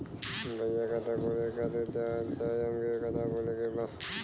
भईया खाता खोले खातिर का चाही हमके खाता खोले के बा?